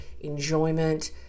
enjoyment